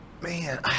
Man